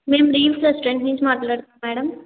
మేము Reeves restaurant నుంచి మాట్లాడుతున్నాము మేడం